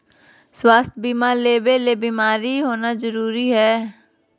स्वास्थ्य बीमा लेबे ले बीमार होना जरूरी हय?